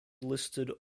listed